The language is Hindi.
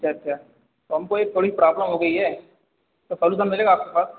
अच्छा अच्छा तो हमको एक थोड़ी प्रॉब्लम हो गई है तो सोलूशन मिलेगा आपके पास